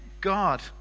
God